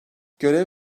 görev